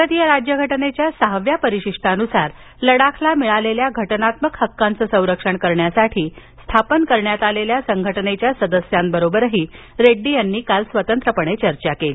भारतीय राज्यघटनेच्या सहाव्या परिशिष्टानुसार लडाखला मिळालेल्या घटनात्मक हक्कांचं संरक्षण करण्यासाठी स्थापन झालेल्या संघटनेच्या सदस्यांबरोबरही रेड्डी यांनी काल स्वतंत्रपणे चर्चा केली